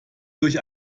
durch